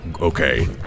okay